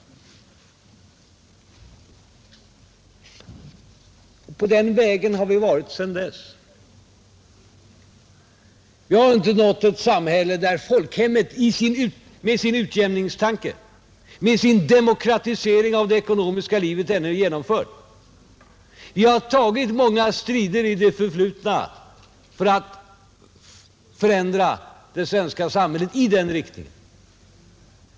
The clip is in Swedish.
På den vägen har vi varit sedan dess. Vi har inte nått fram till ett samhälle där folkhemmet med sin utjämningstanke, med sin demokratisering av det ekonomiska livet ännu är genomfört. Vi har tagit många strider i det förflutna för att förändra det svenska samhället i den riktningen.